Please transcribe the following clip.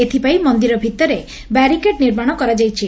ଏଥପାଇଁ ମନ୍ଦିର ଭିତରେ ବ୍ୟାରିକେଡ ନିର୍ମାଣ କରାଯାଇଛି